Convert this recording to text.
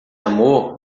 amor